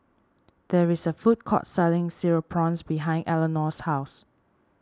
there is a food court selling Cereal Prawns behind Elinore's house